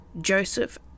Joseph